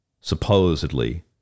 supposedly